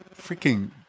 freaking